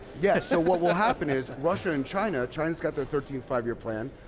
yeah so what will happen is russia and china, china has got their thirteen five year plan,